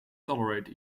tolerate